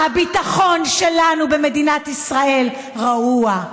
הביטחון שלנו, במדינת ישראל, רעוע,